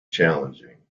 challenging